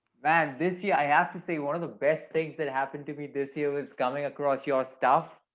man. this year, i have to say one of the best things that happened to me this year was coming across your stuff.